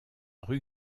rue